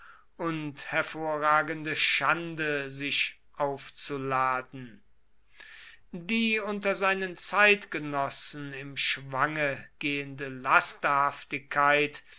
und hervorragende schande sich aufzuladen die unter seinen zeitgenossen im schwange gehende